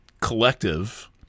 collective